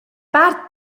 part